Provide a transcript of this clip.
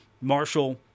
Marshall